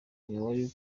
ntiwari